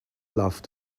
love